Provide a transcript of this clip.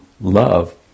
love